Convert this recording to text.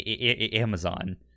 Amazon